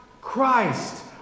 Christ